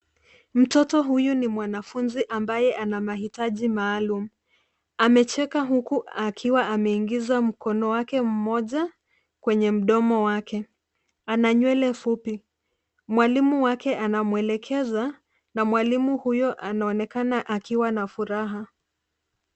Mtoto huyu ni mwanafunzi ambaye ana mahitaji maalum. Amecheka huku akiwa ameingiza mkono wake mmoja kwenye mdomo wake. Ana nywele fupi. Mwalimu wake anamwelekeza na mwalimu huyo anaonekana akiwa na furaha.